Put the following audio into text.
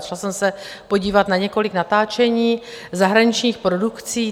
Šla jsem se podívat na několik natáčení zahraničních produkcí.